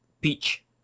peach